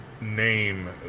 name